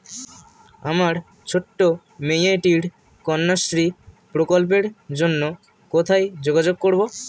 আমার ছোট্ট মেয়েটির কন্যাশ্রী প্রকল্পের জন্য কোথায় যোগাযোগ করব?